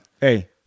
Hey